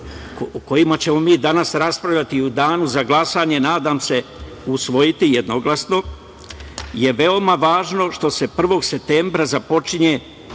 kojima ćemo mi danas raspravljati i u danu za glasanje, nadam se, usvojiti jednoglasno, je veoma važno što se 1. septembra započinje